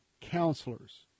counselors